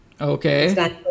Okay